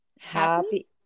Happy